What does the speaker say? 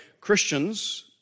Christians